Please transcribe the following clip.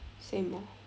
same orh